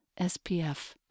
SPF